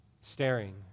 staring